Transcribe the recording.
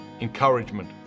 encouragement